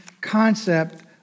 concept